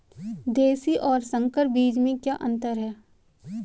देशी और संकर बीज में क्या अंतर है?